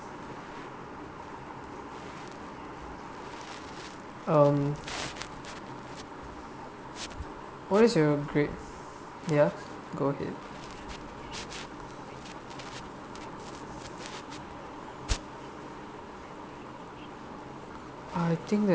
um what is your great ya go ahead I think that